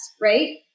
right